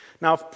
Now